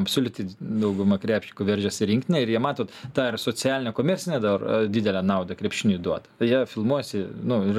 absoliuti dauguma krepšininkų veržiasi į rinktinę ir jie matot tą ir socialinę komercinę dar didelę naudą krepšiniui duoda jie filmuojasi nu ir